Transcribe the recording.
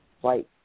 white